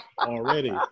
already